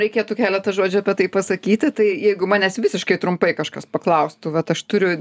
reikėtų keletą žodžių apie tai pasakyti tai jeigu manęs visiškai trumpai kažkas paklaustų vat aš turiu